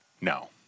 no